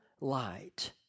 light